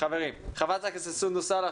חברת הכנסת סונדוס סאלח,